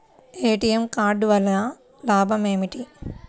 ATM card వల్ల లాభం ఏమిటి?